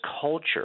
culture